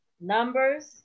Numbers